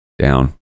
down